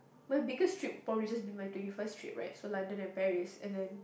might because trip probably just been my twenty first trip right so London and Paris and then